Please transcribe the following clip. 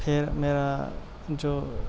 پھر میرا جو